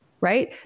right